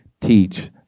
teach